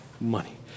money